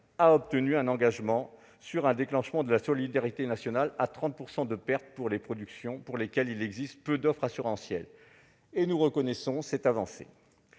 a obtenu un engagement sur un déclenchement de la solidarité nationale à 30 % de pertes pour les productions bénéficiant de peu d'offres assurantielles. Nous reconnaissons cette avancée.